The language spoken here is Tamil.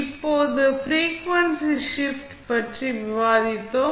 இப்போது ஃப்ரீக்வன்சி ஷிப்ட் பற்றி விவாதித்தோம்